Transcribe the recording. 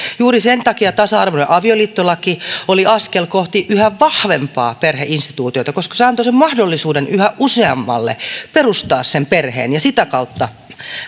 juuri sen takia tasa arvoinen avioliittolaki oli askel kohti yhä vahvempaa perheinstituutiota koska se antoi mahdollisuuden yhä useammalle perustaa sen perheen ja sitä kautta